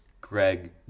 Greg